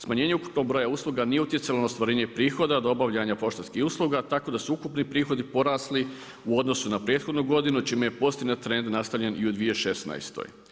Smanjenje ukupnog broja usluga nije utjecalo na ostvarenje prihoda, dobavljanje poštanskih usluga, tako da su ukupni prihodi porasli u odnosu na prethodnu godinu čime je pozitivan trend nastavljen i u 2016.